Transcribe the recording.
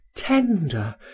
tender